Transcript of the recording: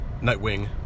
Nightwing